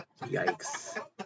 Yikes